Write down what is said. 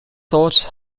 thought